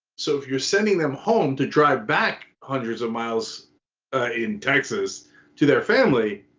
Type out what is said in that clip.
so if you're sending them home to drive back hundreds of miles in texas to their family,